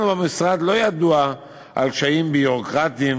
לנו במשרד לא ידוע על קשיים ביורוקרטיים